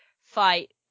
fight